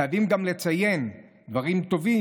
חייבים גם לציין דברים טובים.